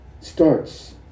starts